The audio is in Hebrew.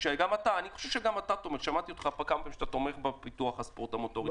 אני שמעתי אותך כמה פעמים שאתה תומך בפיתוח הספורט המוטורי.